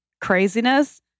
craziness